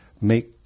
make